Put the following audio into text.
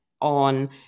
on